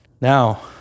Now